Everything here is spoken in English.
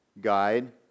guide